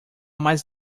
mais